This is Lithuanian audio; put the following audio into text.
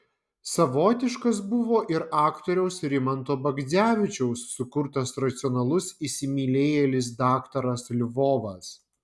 savotiškas buvo ir aktoriaus rimanto bagdzevičiaus sukurtas racionalus įsimylėjėlis daktaras lvovas